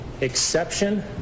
exception